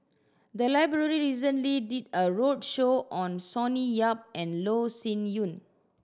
the library recently did a roadshow on Sonny Yap and Loh Sin Yun